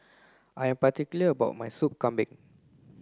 I am particular about my sup kambing